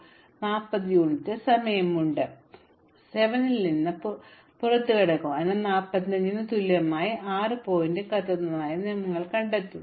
അതിനാൽ ഇനിയും 40 യൂണിറ്റ് സമയമുണ്ട് തീ 5 ൽ നിന്ന് 6 ൽ എത്തുന്നതിനുമുമ്പ് പോകുക എന്നാൽ 5 യൂണിറ്റ് സമയത്തിനുള്ളിൽ അത് 7 ൽ നിന്ന് എത്തും അതിനാൽ 45 ന് തുല്യമായി 6 ശീർഷകം കത്തുന്നതായി നിങ്ങൾ കണ്ടെത്തും